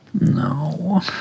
No